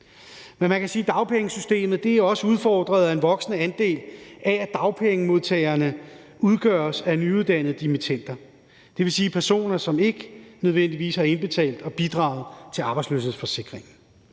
Men man kan sige, at dagpengesystemet også er udfordret af, at en voksende andel af dagpengemodtagerne udgøres af nyuddannede dimittender – dvs. personer, som ikke nødvendigvis har indbetalt og bidraget til arbejdsløshedsforsikringen.